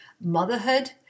motherhood